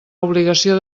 obligació